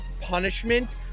punishment